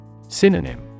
Synonym